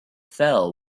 fell